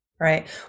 Right